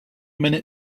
minute